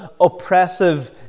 oppressive